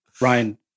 Ryan